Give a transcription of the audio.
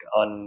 on